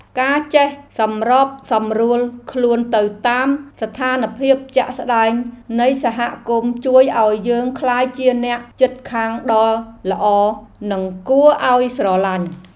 ការចេះសម្របសម្រួលខ្លួនទៅតាមស្ថានភាពជាក់ស្តែងនៃសហគមន៍ជួយឱ្យយើងក្លាយជាអ្នកជិតខាងដ៏ល្អនិងគួរឱ្យស្រឡាញ់។